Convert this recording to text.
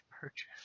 purchase